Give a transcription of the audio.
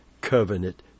covenant